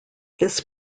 this